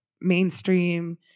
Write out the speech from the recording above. mainstream